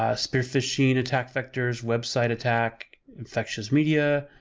ah spear phishing attack vectors, website attack, infectious media,